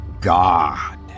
God